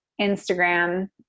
Instagram